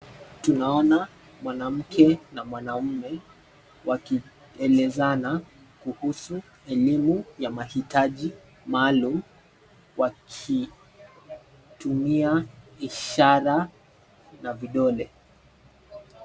Tunaona mwanamke na mwanaume wakielezana kuhusu elimu ya mahitaji maalum, wakitumia ishara na vidole.